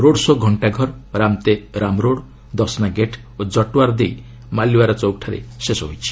road show' ଘଣ୍ଟାଘର ରାମତେ ରାମରୋଡ୍ ଦଶନାଗେଟ୍ ଓ ଜଟୱାର ଦେଇ ମାଲିୱାରା ଚୌକ୍ଠାରେ ଶେଷ ହୋଇଛି